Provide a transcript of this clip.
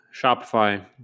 shopify